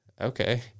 okay